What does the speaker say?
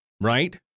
Right